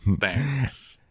Thanks